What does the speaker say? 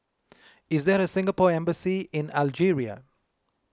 is there a Singapore Embassy in Algeria